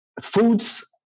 foods